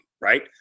right